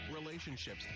relationships